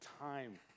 time